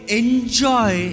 enjoy